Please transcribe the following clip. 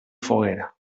foguera